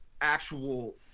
actual